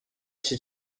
iki